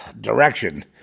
direction